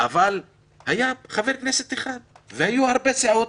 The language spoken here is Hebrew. אבל היה חבר כנסת אחד והיו הרבה סיעות,